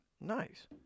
Nice